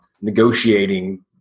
negotiating